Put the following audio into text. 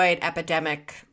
epidemic